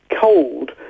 cold